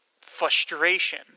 frustration